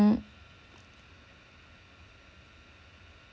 mm